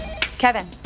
Kevin